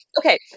okay